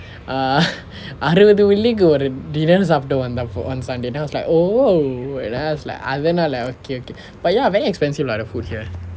err அறுவது வெள்ளிக்கு ஒரு:aruvathu vellikku oru dinner சாப்பிட்டு வந்தான்:sappittu vanthaan on sunday then I was like oh and then I was like அதனால:athanala okay okay but ya very expensive lah the food here